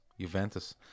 Juventus